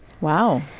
wow